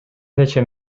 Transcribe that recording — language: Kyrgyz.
нече